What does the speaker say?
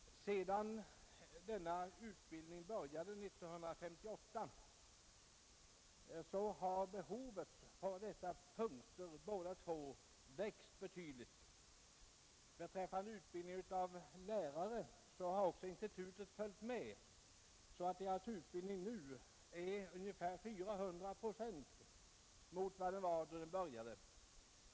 Sedan denna utbildning började 1958 har behovet på båda dessa punkter växt betydligt. Beträffande utbildningen av lärare har institutet också följt med, så att utbildningen nu är ungefär 400 procent större än vad den var då den började.